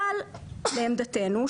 אבל לעמדתנו,